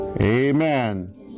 Amen